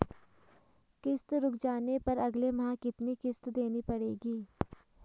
किश्त रुक जाने पर अगले माह कितनी किश्त देनी पड़ेगी?